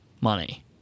money